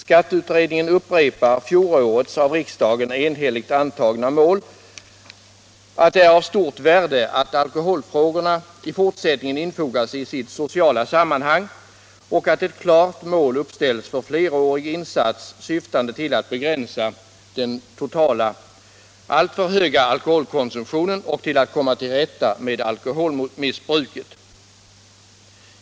Skatteutskottet upprepar fjolårets av riksdagen enhälligt antagna uttalande, att det är ”av stort värde att alkoholfrågorna i fortsättningen infogas i sitt sociala sammanhang och att ett klart mål uppställs för en flerårig insats syftande till att begränsa den totala, alltför höga alkoholkonsumtionen och till att komma till rätta med alkoholmissbruket”.